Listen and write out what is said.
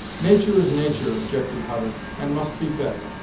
natur' is natur', objected hutter, and must be fed.